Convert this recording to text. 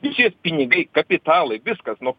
visi pinigai kapitalai viskas nu